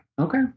Okay